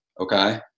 okay